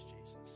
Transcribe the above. Jesus